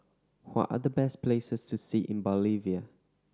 what are the best places to see in Bolivia